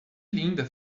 linda